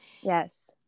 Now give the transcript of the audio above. Yes